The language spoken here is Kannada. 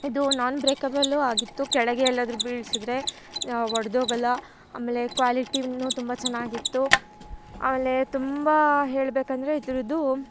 ಇದು ನಾನ್ ಬ್ರೇಕೇಬಲ್ಲು ಆಗಿತ್ತು ಕೆಳಗೆ ಎಲ್ಲಾದರು ಬೀಳಿಸಿದ್ರೆ ಒಡ್ದೋಗೊಲ್ಲ ಆಮೇಲೆ ಕ್ವಾಲಿಟೀನು ತುಂಬ ಚೆನ್ನಾಗಿತ್ತು ಆಮೇಲೆ ತುಂಬ ಹೇಳಬೇಕಂದ್ರೆ ಇದರದು